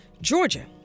Georgia